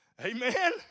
Amen